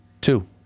Two